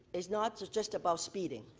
it's not just just about speeding.